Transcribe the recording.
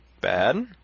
bad